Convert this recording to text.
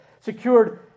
secured